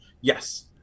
Yes